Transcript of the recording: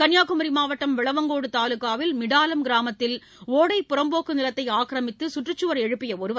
கன்னியாகுமரி மாவட்டம் விளவங்கோடு தாலுகாவில் மிடாலம் கிராமத்தில் ஒடைப் புறம்போக்கு நிலத்தை ஆக்கிரமித்து கற்றுக்கவர் எழுப்பிய ஒருவர்